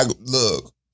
Look